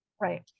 Right